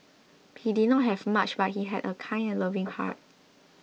he did not have much but he had a kind and loving heart